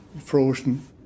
frozen